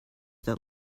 that